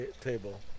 table